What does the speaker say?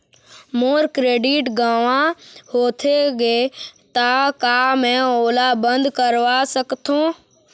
मोर credit गंवा होथे गे ता का मैं ओला बंद करवा सकथों?